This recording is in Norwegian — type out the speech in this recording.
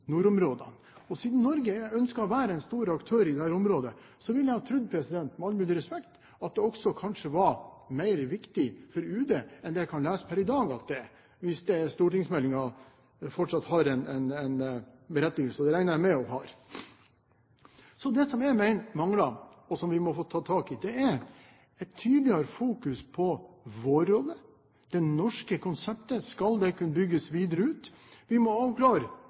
nordområdene. Og siden Norge ønsker å være en stor aktør i dette området, ville jeg trodd – med all mulig respekt – at det kanskje også var mer viktig for UD enn det jeg kan lese per i dag at det er, hvis den stortingsmeldingen fortsatt har en berettigelse, og det regner jeg med at den har. Jeg mener at det som mangler, og som vi må ta tak i, er en tydeligere fokusering på vår rolle, og om det norske konseptet skal kunne bygges videre ut. Når det gjelder havområdene, må vi avklare: